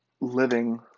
living